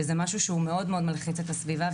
זה אירוע שמאוד מאוד מלחיץ את הסביבה,